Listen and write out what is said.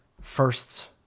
first